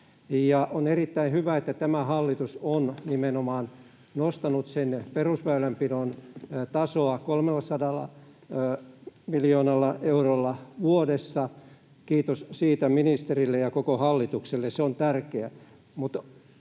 on erittäin hyvä, että tämä hallitus on nimenomaan nostanut sen perusväylänpidon tasoa 300 miljoonalla eurolla vuodessa. Kiitos siitä ministerille ja koko hallitukselle. Se on tärkeää.